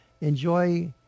enjoy